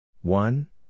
One